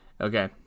Okay